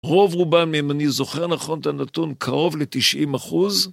רוב רובם, אם אני זוכר נכון את הנתון, קרוב ל-90%